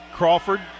Crawford